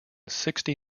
sixty